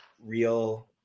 real